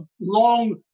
long